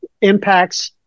impacts